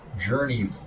journey